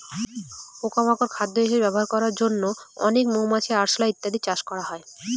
পোকা মাকড় খাদ্য হিসেবে ব্যবহার করার জন্য অনেক মৌমাছি, আরশোলা ইত্যাদি চাষ করা হয়